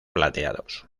plateados